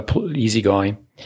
easygoing